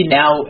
now